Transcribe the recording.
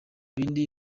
bindi